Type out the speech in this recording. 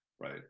right